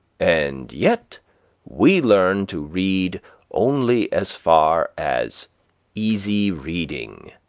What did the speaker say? and yet we learn to read only as far as easy reading,